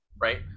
right